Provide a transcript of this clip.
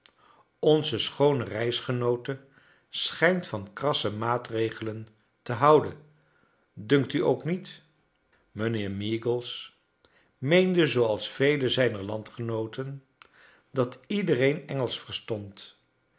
onze schoone reisgenoote schijnt van krasse maatregelen te houden dnnkt u ook niet mijnheer meagles meende zooals vele zijner landgenooten dat iedereen engelsch verstond